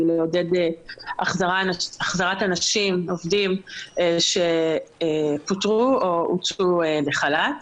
לעודד החזרת עובדים שפוטרו או הוצאו לחל"ת.